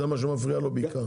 זה מה שמפריע לו בעיקר,